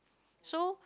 so